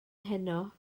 heno